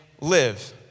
live